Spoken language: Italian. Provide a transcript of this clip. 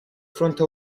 fronte